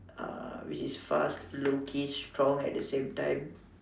uh which is fast low key strong at the same time